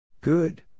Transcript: Good